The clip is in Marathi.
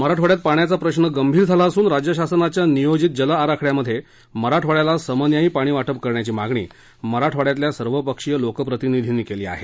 मराठवाङ्यात पाण्याचा प्रश्र गंभीर झाला असून राज्य शासनाच्या नियोजित जल आराखड्यामध्ये मराठवाङ्याला समन्यायी पाणी वाटप करण्याची मागणी मराठवाड्यातल्या सर्वपक्षीय लोकप्रतिनिधींनी केली आहे